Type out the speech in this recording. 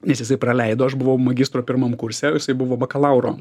nes jisai praleido aš buvau magistro pirmam kurse jisai buvo bakalauro